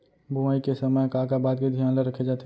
बुआई के समय का का बात के धियान ल रखे जाथे?